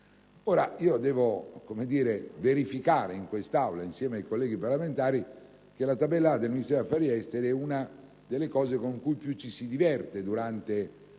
affari esteri. Verifico in quest'Aula, insieme ai colleghi parlamentari, che la tabella A del Ministero degli affari esteri è una delle cose con cui più ci si diverte quando